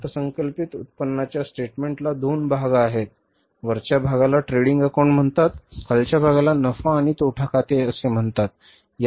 अर्थसंकल्पित उत्पन्नाच्या स्टेटमेंटला दोन भाग आहेत वरच्या भागाला ट्रेडिंग अकाउंटंट म्हणतात खालच्या भागाला नफा आणि तोटा खाते असे म्हणतात